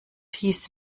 hieß